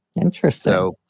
Interesting